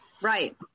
Right